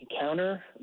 encounter